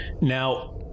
Now